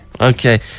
Okay